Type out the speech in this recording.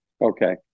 Okay